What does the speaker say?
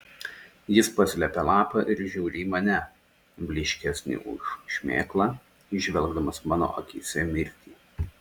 jis paslepia lapą ir žiūri į mane blyškesnį už šmėklą įžvelgdamas mano akyse mirtį